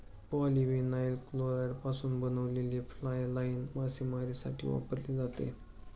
polyvinyl क्लोराईडपासून बनवलेली fly line मासेमारीसाठी वापरली जाते